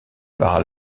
par